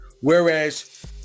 whereas